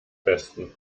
besten